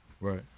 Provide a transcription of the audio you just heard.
Right